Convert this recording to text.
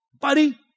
buddy